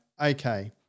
okay